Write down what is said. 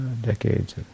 decades